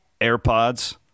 AirPods